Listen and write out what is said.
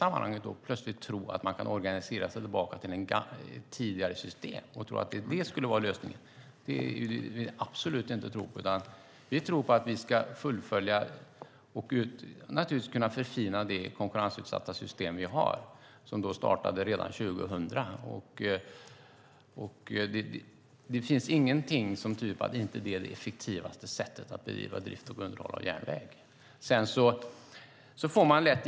Men att organisera sig tillbaka till ett tidigare system och tänka att det är lösningen tror vi absolut inte på. Vi tror på att fullfölja och förfina det konkurrensutsatta system vi har, som startade redan 2000. Allt tyder på att det är det mest effektiva sättet att bedriva drift och underhåll av järnväg.